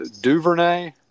Duvernay